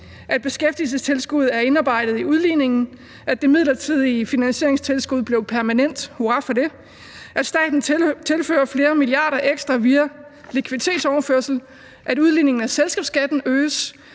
at beskæftigelsestilskuddet er indarbejdet i udligningen; at det midlertidige finansieringstilskud bliver permanent, hurra for det; at staten tilfører flere milliarder ekstra via likviditetsoverførsel; at udligningen af selskabsskatten øges,